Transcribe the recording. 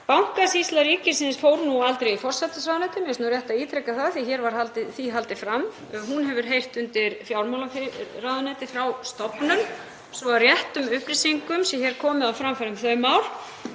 Bankasýsla ríkisins fór aldrei í forsætisráðuneytið, mér finnst rétt að ítreka það af því að hér var því haldið fram. Hún hefur heyrt undir fjármálaráðuneytið frá stofnun svo að réttum upplýsingum sé komið á framfæri um þau mál.